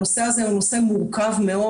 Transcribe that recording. הנושא הזה הוא נושא מורכב מאוד.